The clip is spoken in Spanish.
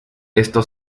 esto